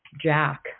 Jack